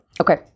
Okay